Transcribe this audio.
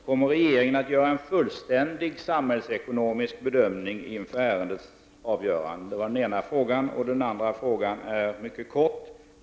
Kommer regeringen att göra en fullständig samhällsekonomisk bedömning inför ärendets avgörande? Min andra fråga är mycket kort.